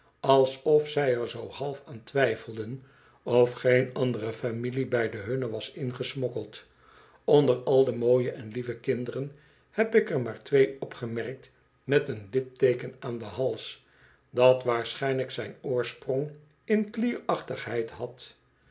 alsof zij er zoo half aan twijfelden of geen andere familie bij de hunne was ingesmokkeld onder al de mooie en lieve kinderen heb ik er maar twee opgemerkt met een litteeken aan den hals dat waarschijnlijk zijn oorsprong in klierachtigheid had